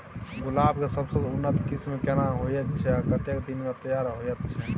गुलाब के सबसे उन्नत किस्म केना होयत छै आ कतेक दिन में तैयार होयत छै?